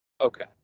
Okay